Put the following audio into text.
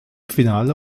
finale